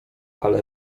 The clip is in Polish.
ale